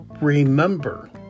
remember